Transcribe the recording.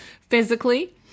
physically